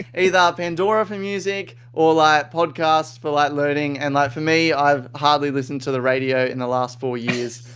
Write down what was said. either pandora for music or like podcast for like learning. and like for me, i hardly listen to the radio in the last four years.